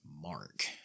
Mark